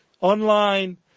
online